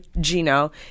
Gino